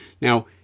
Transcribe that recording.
Now